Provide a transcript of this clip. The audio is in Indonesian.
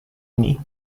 ini